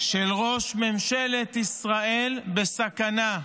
של ראש ממשלת ישראל בסכנה.